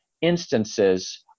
instances